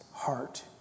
Heart